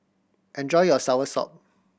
enjoy your soursop